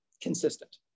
consistent